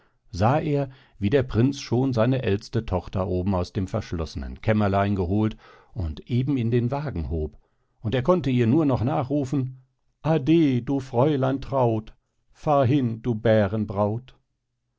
sah er wie der prinz schon seine älteste tochter oben aus dem verschlossenen kämmerlein geholt und eben in den wagen hob und er konnte ihr nur noch nachrufen ade du fräulein traut fahr hin du